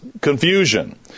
confusion